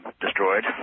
destroyed